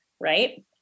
right